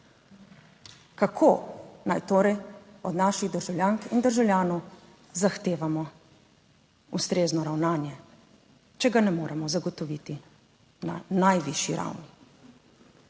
Kako naj torej od naših državljank in državljanov zahtevamo ustrezno ravnanje, če ga ne moremo zagotoviti na najvišji ravni?